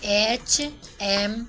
H M